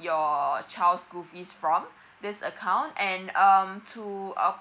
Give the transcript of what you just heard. your child school fees from this account and um to uh